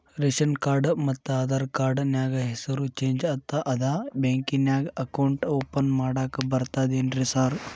Ration card ಮತ್ತ Aadhaar card ನ್ಯಾಗ ಹೆಸರು ಚೇಂಜ್ ಅದಾ ಬ್ಯಾಂಕಿನ್ಯಾಗ ಅಕೌಂಟ್ ಓಪನ್ ಮಾಡಾಕ ಬರ್ತಾದೇನ್ರಿ ಸಾರ್?